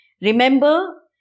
Remember